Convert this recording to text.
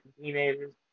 teenagers